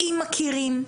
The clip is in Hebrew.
אם מכירים,